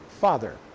father